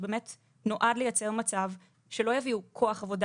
שבאמת נועד לייצר מצב שלא יביאו כוח עבודה